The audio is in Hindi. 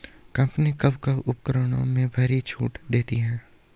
कंपनी कब कब उपकरणों में भारी छूट देती हैं?